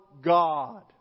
God